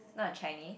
not Chinese